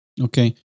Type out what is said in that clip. Okay